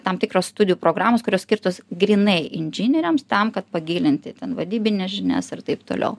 tam tikros studijų programos kurios skirtos grynai inžinieriams tam kad pagilinti vadybines žinias ir taip toliau